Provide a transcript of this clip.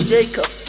Jacob